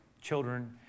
children